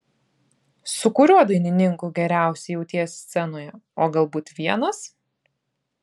su kuriuo dainininku geriausiai jautiesi scenoje o galbūt vienas